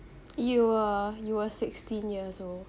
you were you were sixteen years old